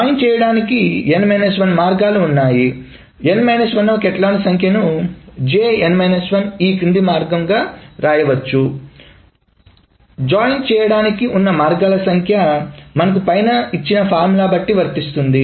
join చేయటానికి n 1 మార్గాలు ఉన్నాయి వ కాటలాన్ సంఖ్యను ఈ క్రింది మార్గంగా వ్రాయవచ్చు జాయిన్ చేయడానికి ఉన్న మార్గాల సంఖ్య మనకి పైన ఇచ్చిన ఫార్ములా బట్టి వస్తుంది